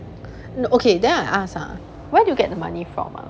okay then I ask ah where did you get the money from ah